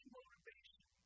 motivation